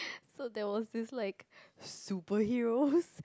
so there was this like superheroes